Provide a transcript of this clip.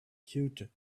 cute